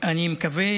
אני מקווה